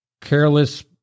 careless